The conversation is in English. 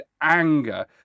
anger